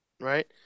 right